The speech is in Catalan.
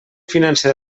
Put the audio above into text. financer